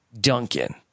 Duncan